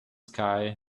sky